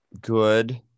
good